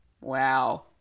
Wow